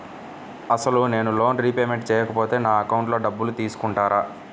అసలు నేనూ loan repayment చేయకపోతే నా అకౌంట్లో డబ్బులు తీసుకుంటారా?